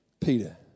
Peter